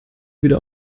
wieder